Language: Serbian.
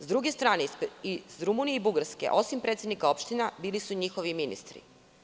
Sa druge strane, iz Rumunije i Bugarske, osim predsednika opština bili su njihovi ministri.